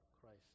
Christ